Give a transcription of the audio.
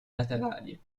laterali